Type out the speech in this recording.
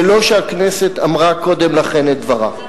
בלא שהכנסת אמרה קודם לכן את דברה.